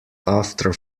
after